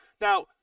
Now